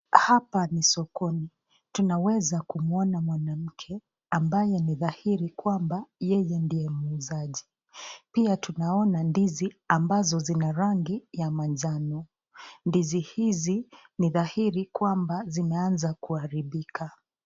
Hapa ni sokoni. Tunaweza kumuona mwanamke, ambaye ni dhahiri kwamba yeye ndiye muuzaji. Pia tunaona ndizi ambazo zina rangi ya manjano. Ndizi hizi ni dhahiri kwamba zimeanza kuharibika.